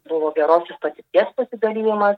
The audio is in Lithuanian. buvo gerosios patirties pasidalijimas